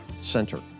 center